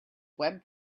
web